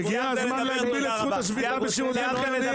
הגיע הזמן להגביל את זכות השביתה בשירותים חיוניים.